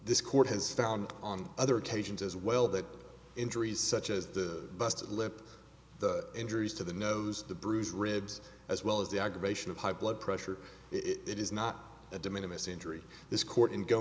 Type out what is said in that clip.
this court has found on other occasions as well that injuries such as the busted lip the injuries to the nose the bruised ribs as well as the aggravation of high blood pressure it is not a de minimus injury this court in go